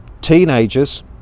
teenagers